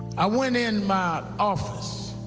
i went in my office,